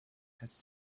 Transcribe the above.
has